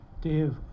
Dave